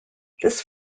this